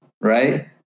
right